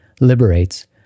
liberates